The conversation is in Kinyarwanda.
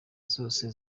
zose